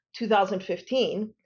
2015